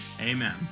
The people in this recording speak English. Amen